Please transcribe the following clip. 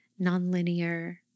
nonlinear